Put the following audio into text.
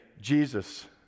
Jesus